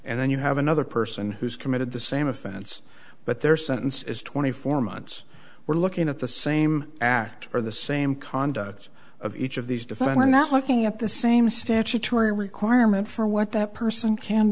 and then you have another person who's committed the same offense but their sentence is twenty four months we're looking at the same act or the same conduct of each of these defendant not looking at the same statutory requirement for what that person can